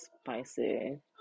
spicy